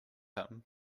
him